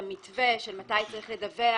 את המתווה מתי צריך לדווח,